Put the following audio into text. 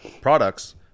products